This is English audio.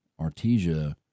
Artesia